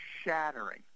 shattering